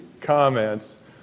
comments